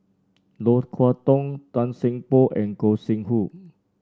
Low Kway Dong Tan Seng Poh and Gog Sing Hooi